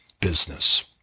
business